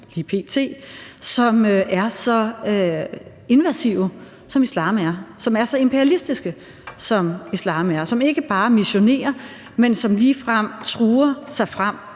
lige p.t., som er så invasive, som islam er, som er så imperialistiske, som islam er, og som ikke bare missionerer, men som ligefrem truer sig frem